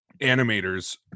animators